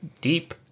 deep